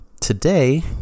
today